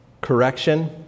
correction